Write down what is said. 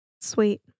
Sweet